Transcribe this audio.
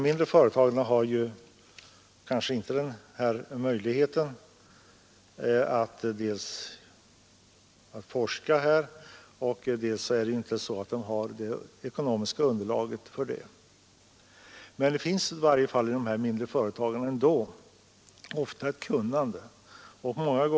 Finnarna är ju nere vid 250 000 kronor. Kanske hade det varit riktigt att stanna vid en halv miljon, men vi har nöjt oss med att i första omgången förorda 1 miljon kronor.